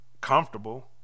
Comfortable